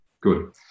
Good